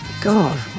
God